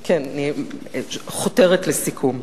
כן, אני חותרת לסיכום.